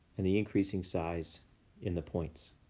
and the increasing size in the points.